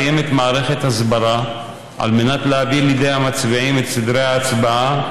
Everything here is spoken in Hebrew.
בצה"ל קיימת מערכת הסברה על מנת להביא לידיעת המצביעים את סדרי ההצבעה,